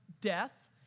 death